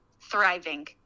thriving